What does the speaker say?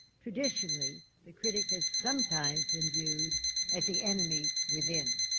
traditionally, the critic has sometimes been viewed as the enemy within,